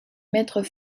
mètres